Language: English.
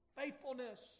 faithfulness